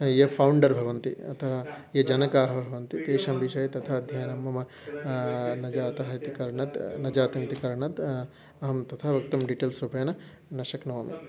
ए founder भवन्ति अतः ये जनकाः भवन्ति तेषां विषये तथा अध्ययनं मम न जातः इति कारणात् न जातमिति कारणात् अहं तथा वक्तुं डिटैल्स् रूपेण न शक्नोमि